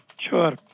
Sure